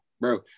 bro